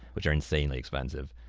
which are insanely expensive,